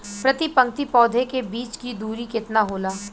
प्रति पंक्ति पौधे के बीच की दूरी केतना होला?